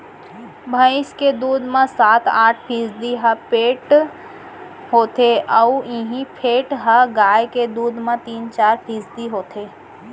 भईंस के दूद म सात आठ फीसदी ह फेट होथे अउ इहीं फेट ह गाय के दूद म तीन चार फीसदी होथे